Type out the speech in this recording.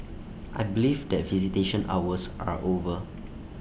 I believe that visitation hours are over